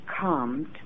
calmed